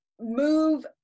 move